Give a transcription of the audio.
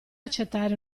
accettare